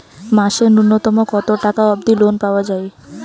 মাসে নূন্যতম কতো টাকা অব্দি লোন পাওয়া যায়?